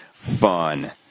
fun